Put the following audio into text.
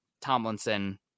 Tomlinson